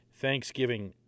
Thanksgiving